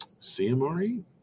CMRE